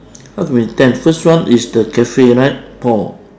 how can be ten the first one is the cafe right paul